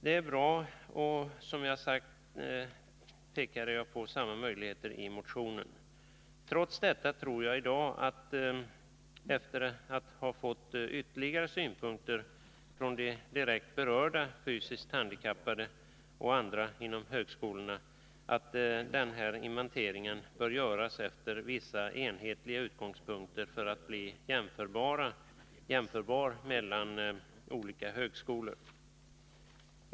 Detta är bra och som sagt pekade jag i motionen på samma möjlighet. Trots detta tror jag i dag — efter att ha fått ytterligare synpunkter från de direkt berörda fysiskt handikappade och andra inom högskolorna — att denna inventering bör göras från vissa enhetliga utgångspunkter för att bli jämförbar mellan olika högskolor.